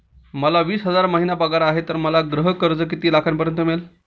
मला वीस हजार महिना पगार आहे तर मला गृह कर्ज किती लाखांपर्यंत मिळेल?